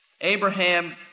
Abraham